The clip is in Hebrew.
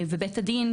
בית הדין,